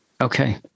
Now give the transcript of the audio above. Okay